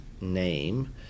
name